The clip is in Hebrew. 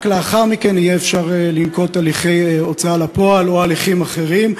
רק לאחר מכן יהיה אפשר לנקוט הליכי הוצאה לפועל או הליכים אחרים,